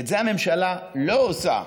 ואת זה הממשלה לא עושה.